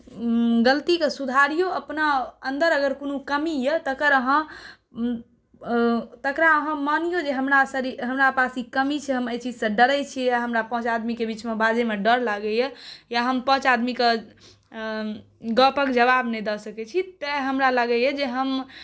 गलतीकेँ सुधारियौ अपना अन्दर अगर कोनो कमी यए तकरा अहाँ मनियौ जे हमरासँ हमरा पास ई कमी छै हम एहि चीजसँ डरैत छियै हमरा पाँच आदमीके बीचमे बाजैमे डर लागैए या हम पाँच आदमीके गपक जवाब नहि दऽ सकैत छी तेँ हमरा लागैए जे हम